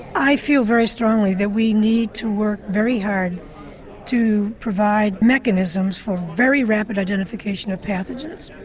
i feel very strongly that we need to work very hard to provide mechanisms for very rapid identification of pathogens.